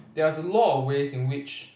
there's a lot of ways in which